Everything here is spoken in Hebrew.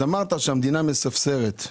אמרת שהמדינה מספסרת.